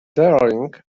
darling